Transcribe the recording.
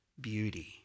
beauty